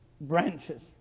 branches